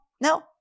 no